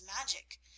magic